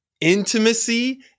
intimacy